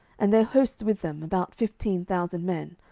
and their hosts with them, about fifteen thousand men,